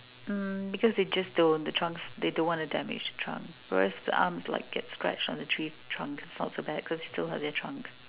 mm because they just don't the trunks they don't want to damage the trunk whereas the arms like get scratched on the tree trunk it's not so bad because they still have their trunks